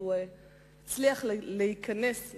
והוא הצליח להיכנס,